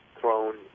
thrown